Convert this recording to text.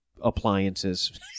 appliances